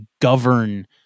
govern